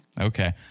Okay